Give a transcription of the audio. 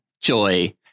Joy